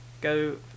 go